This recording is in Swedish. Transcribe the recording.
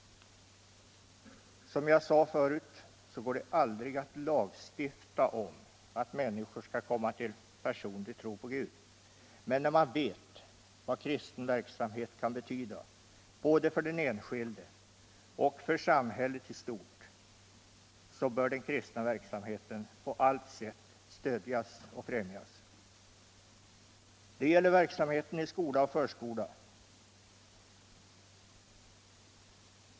Som jag sade förut går det aldrig att lagstifta om att människor skall komma till en personlig tro på Gud. Men när man vet vad kristen verksamhet kan betyda, både för den enskilde och för samhället i stort, bör Allmänpolitisk debatt Allmänpolitisk debatt den kristna verksamheten på allt sätt stödjas och främjas. Det gäller verksamheten i skola och förskola.